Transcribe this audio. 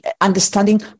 understanding